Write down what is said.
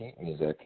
music